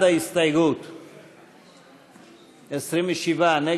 קבוצת סיעת הרשימה המשותפת וקבוצת סיעת מרצ לסעיף 9 לא נתקבלה.